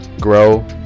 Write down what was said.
Grow